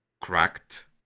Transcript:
cracked